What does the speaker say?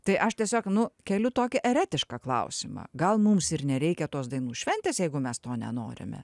tai aš tiesiog nu keliu tokį eretišką klausimą gal mums ir nereikia tos dainų šventės jeigu mes to nenorime